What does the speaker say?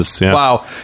Wow